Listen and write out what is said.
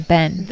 Ben